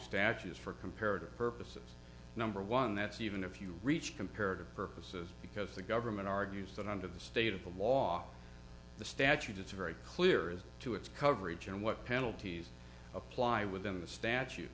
statues for comparative purposes number one that's even if you reach comparative purposes because the government argues that under the state of the law the statute it's very clear as to its coverage and what penalties apply within the statu